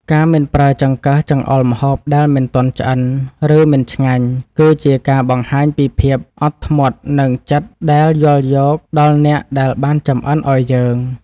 ការមិនប្រើចង្កឹះចង្អុលម្ហូបដែលមិនទាន់ឆ្អិន ឬ មិនឆ្ងាញ់គឺជាការបង្ហាញពីភាពអត់ធ្មត់និងចិត្តដែលយល់យោគដល់អ្នកដែលបានចម្អិនឱ្យយើង។